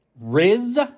Riz